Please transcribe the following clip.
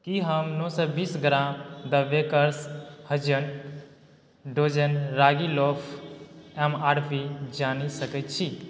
की हम नओ सओ बीस gram the baker's dozen ragi लोफके एम आर पी जानि सकै छी